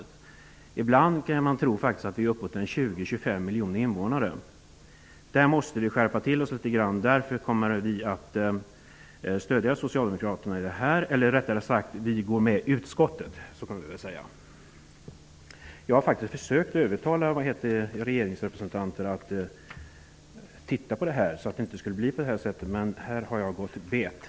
Men ibland skulle man kunna tro att det fanns 20--25 miljoner invånare. Vi måste skärpa oss litet i det avseendet. Mot den bakgrunden kommer vi att så att säga följa utskottet. Jag har faktiskt försökt att övertala regeringsrepresentanter att titta på dessa saker för att vi skulle kunna undvika att det blev så här. Men det har jag gått bet på.